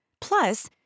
Plus